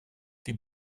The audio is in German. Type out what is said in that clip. die